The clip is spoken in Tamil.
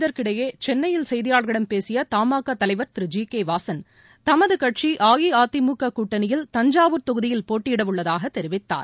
இதற்கிடையே சென்னையில் செய்தியாளர்களிடம் பேசியதமாகாதலைவர் திரு ஜி கேவாசன் தமதுகட்சிஅஇஅதிமுககூட்டணியில் தஞ்சாவூர் தொகுதியில் போட்டியிடவுள்ளதாகதெரிவித்தார்